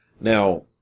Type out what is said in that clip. Now